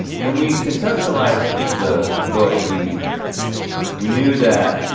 when we conceptualized the the book we we knew that